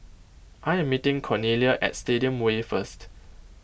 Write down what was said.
I am meeting Cornelia at Stadium Way first